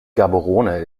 gaborone